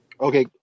Okay